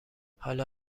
حالا